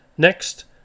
Next